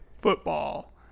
Football